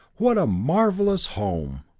what a marvelous home!